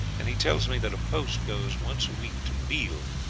and he tells me that a post goes once a week to lille,